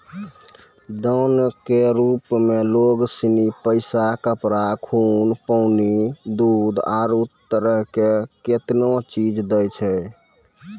दान के रुप मे लोग सनी पैसा, कपड़ा, खून, पानी, दूध, आरु है तरह के कतेनी चीज दैय छै